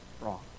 wrong